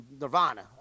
Nirvana